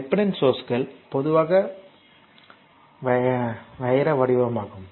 dependent சோர்ஸ்கள் பொதுவாக வைர வடிவமாகும்